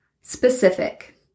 Specific